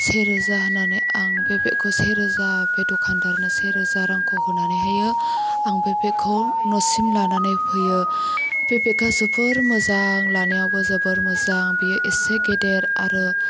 से रोजा होनानै आं बे बेगखौ से रोजा बे दखानदारनो से रोजा रांखौ होनानैहाइयो आं बे बेगखौ न'सिम लानानै फैयो बे बेगखौ जोबोर मोजां लानायावबो जोबोर मोजां बेयो एसे गेदेर आरो